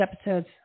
episodes